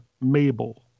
Mabel